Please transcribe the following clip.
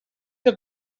que